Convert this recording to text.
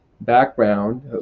background